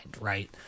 right